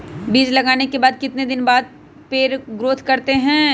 बीज लगाने के बाद कितने दिन बाद पर पेड़ ग्रोथ करते हैं?